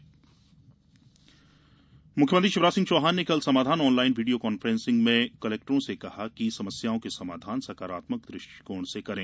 video conference मुख्यमंत्री शिवराज सिंह चौहान ने कल समाधान ऑनलाइन वीडियो कान्फ्रेंस में कलेक्टरों से कहा है कि समस्याओं के समाधान सकारात्मक दृष्टिकोण से करें